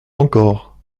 encore